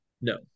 No